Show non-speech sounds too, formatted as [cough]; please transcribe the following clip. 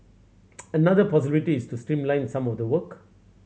[noise] another possibility is to streamline some of the work